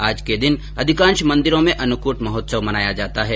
आज के दिन अधिकांश मन्दिरों में अन्नकूट महोत्सव मनाया जाता है